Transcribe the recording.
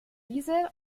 diese